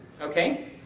okay